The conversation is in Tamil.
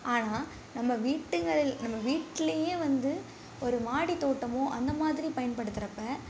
ஆனால் நம்ம வீட்டுங்க நம்ம வீட்டிலையே வந்து ஒரு மாடி தோட்டமோ அந்த மாதிரி பயன்படுத்துகிறப்ப